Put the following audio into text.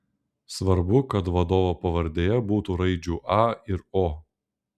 svarbu kad vadovo pavardėje būtų raidžių a ir o